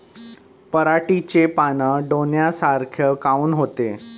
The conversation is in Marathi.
पराटीचे पानं डोन्यासारखे काऊन होते?